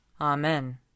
Amen